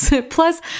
Plus